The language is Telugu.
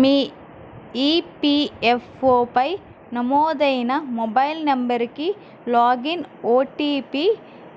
మీ ఈపిఎఫ్ఓపై నమోదైన మొబైల్ నంబరుకి లాగిన్ ఓటీపీ